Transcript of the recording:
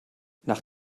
nach